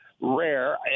rare